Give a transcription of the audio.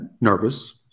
nervous